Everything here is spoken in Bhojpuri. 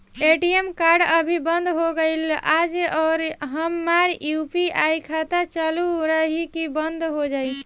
ए.टी.एम कार्ड अभी बंद हो गईल आज और हमार यू.पी.आई खाता चालू रही की बन्द हो जाई?